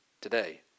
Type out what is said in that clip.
today